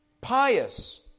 pious